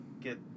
get